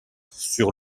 sur